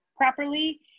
properly